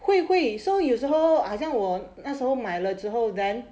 会会 so 有时候好像我那时候买了之后 then